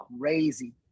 crazy